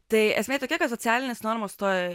tai esmė tokia kad socialinės normos toj